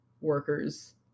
workers